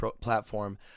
platform